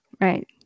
Right